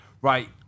right